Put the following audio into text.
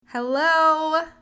Hello